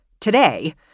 Today